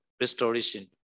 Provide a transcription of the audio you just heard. Restoration